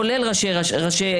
כולל ראשי רשויות,